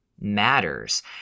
matters